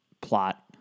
plot